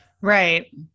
Right